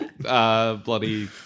Bloody